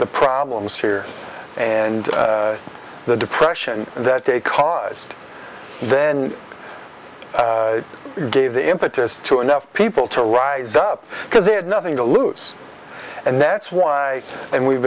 the problems here and the depression that they caused then gave the impetus to enough people to rise up because they had nothing to lose and that's why and we've